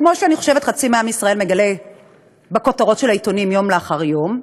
כמו שאני חושבת שחצי מעם ישראל מגלה בכותרות העיתונים יום לאחר יום,